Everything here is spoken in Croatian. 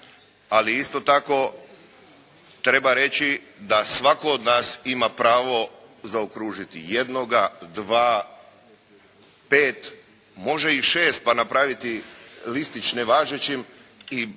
Ali isto tako treba reći da svatko od nas ima pravo zaokružiti jednoga, dva, pet, može i šest pa napraviti listić nevažećim i sa samom